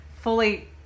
fully